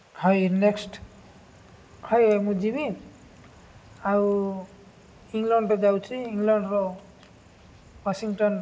ହଇ ନେକ୍ସ୍ଟ୍ ହଇ ମୁଁ ଯିବି ଆଉ ଇଂଲଣ୍ଡ୍ ଯାଉଛିି ଇଂଲଣ୍ଡ୍ର ୱାଶିଂଟନ୍